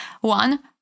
One